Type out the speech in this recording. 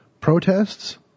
protests